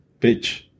Bitch